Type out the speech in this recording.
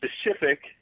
specific